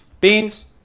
Beans